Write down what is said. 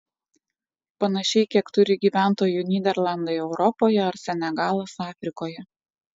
panašiai kiek turi gyventojų nyderlandai europoje ar senegalas afrikoje